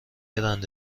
رنده